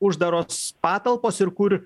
uždaros patalpos ir kur